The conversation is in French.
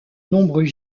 nombreux